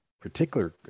particular